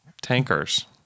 tankers